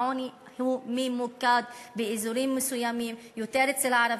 העוני ממוקד באזורים מסוימים: יותר אצל הערבים,